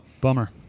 bummer